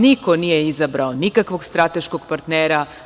Niko nije izabrao nikakvog strateškog partnera.